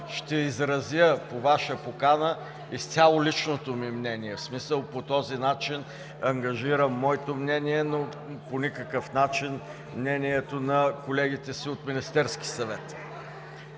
ще изразя по Ваша покана изцяло личното ми мнение. В смисъл, по този начин ангажирам моето мнение, но по никакъв начин мнението на колегите си от Министерския съвет.